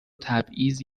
تبعیض